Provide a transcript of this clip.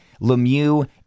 Lemieux